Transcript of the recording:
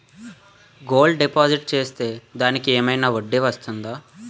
Gold deposit చేస్తే దానికి ఏమైనా వడ్డీ వస్తుందా?